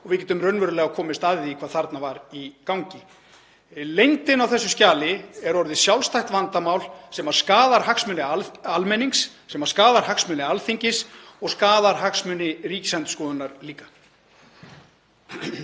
og við getum raunverulega komist að því hvað þarna var í gangi. Leyndin á þessu skjali er orðið sjálfstætt vandamál sem skaðar hagsmuni alls almennings, sem skaðar hagsmuni Alþingis og skaðar hagsmuni Ríkisendurskoðunar líka.